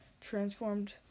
Transformed